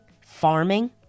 farming